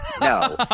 No